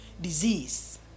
disease